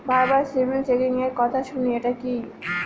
বারবার সিবিল চেকিংএর কথা শুনি এটা কি?